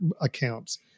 accounts